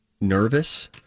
nervous